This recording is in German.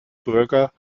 bürger